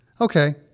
okay